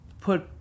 put